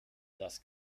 das